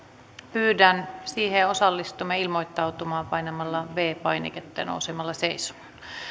pyydän siihen osallistuvia ilmoittautumaan painamalla viides painiketta ja nousemalla seisomaan